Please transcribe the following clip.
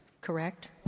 correct